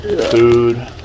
Food